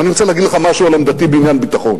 אני רוצה להגיד לך משהו על עמדתי בעניין ביטחון,